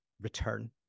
return